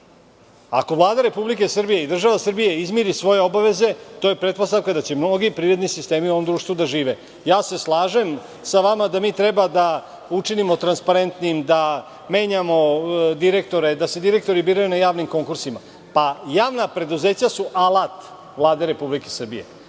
Ako Vlada Republike Srbije i država Srbija izmiri svoje obaveze, to je pretpostavka da će mnogi privredni sistemi u ovom društvu da žive. Slažem se sa vama da mi treba da učinimo transparentnim, da menjamo direktore, da se direktori biraju na javnim konkursima. Javna preduzeća su alat Vlade Republike Srbije. Koliko